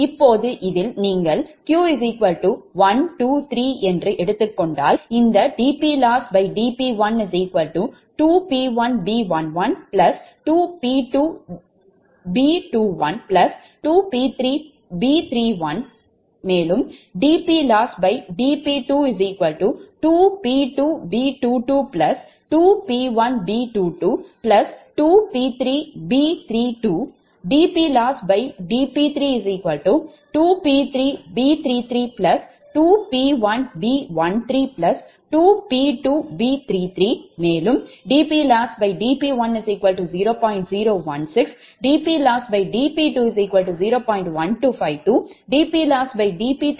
இப்போது இதில் நீங்கள் 𝑞 123 என்று எடுத்துக் கொண்டால் இந்த dPLossdP12P1 B11 2P2B212P3 B31 dPLossdP22P2 B22 2P1B222P3 B32 dPLossdP32P3 B33 2P1B132P2 B33 dPLossdP10